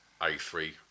A3